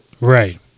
Right